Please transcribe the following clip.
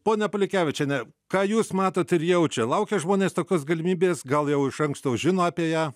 pone polikevičiene ką jūs matot ir jaučia laukia žmonės tokios galimybės gal jau iš anksto žino apie ją